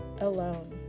alone